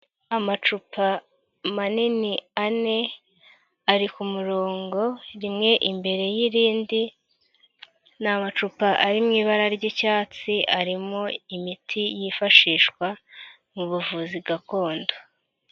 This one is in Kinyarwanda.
Amacupa manini ane ari ku murongo rimwe imbere y'irindi, ni amacupa ari mu ibara ry'icyatsi arimo imiti yifashishwa mu buvuzi gakondo.